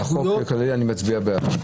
על החוק בכללי אני מצביע בעד.